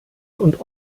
und